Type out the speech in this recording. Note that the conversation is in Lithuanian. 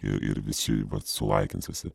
ir ir visi vat sulaikins visi